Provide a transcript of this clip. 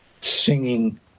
singing